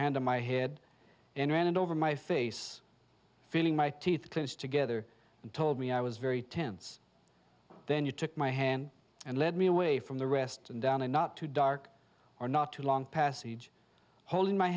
hand on my head and ran it over my face feeling my teeth close together and told me i was very tense then you took my hand and led me away from the rest and down a not too dark or not too long passage holding my